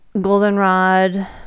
Goldenrod